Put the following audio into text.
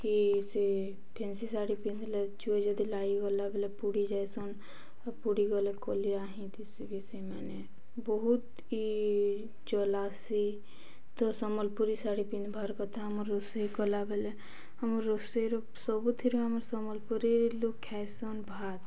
କି ସେ ଫେନ୍ସି ଶାଢ଼ୀ ପିନ୍ଧିଲେ ଚୁଇ ଯଦି ଲାଗି ଗଲାବେଳେ ପୁଡ଼ି ଯାଏସନ୍ ଆ ପୁଡ଼ି ଗଲେ କଲି ଆହିଁ ଥିସ ବି ସେମାନେ ବହୁତ ଇ ଜଲା ଆସି ତ ସମ୍ବଲପୁରୀ ଶାଢ଼ୀ ପିନ୍ଧିବାର୍ କଥା ଆମ ରୋଷେଇ କଲାବେଳେ ଆମ ରୋଷେଇରୁ ସବୁଥିରୁ ଆମ ସମ୍ବଲପୁରୀ ଲୁକ୍ ଖାଇସନ୍ ଭାତ